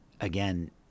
again